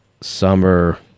summer